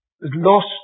lost